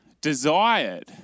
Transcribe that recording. desired